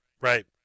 right